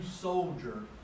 soldier